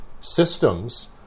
systems